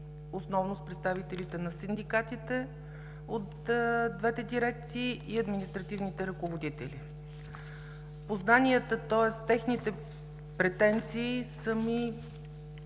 основно с представителите на синдикатите от двете дирекции и административните ръководители. Техните претенции са ми